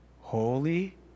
Holy